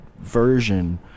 version